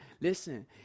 listen